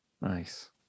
Nice